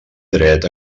dret